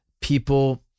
people